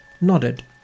nodded